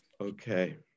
Okay